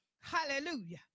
Hallelujah